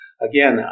again